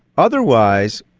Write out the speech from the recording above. otherwise,